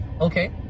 okay